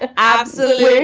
ah absolutely.